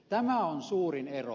tämä on suurin ero